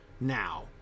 now